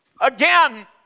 again